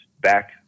back